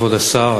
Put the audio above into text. כבוד השר,